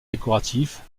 décoratifs